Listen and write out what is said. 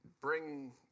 bring